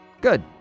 Good